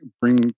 bring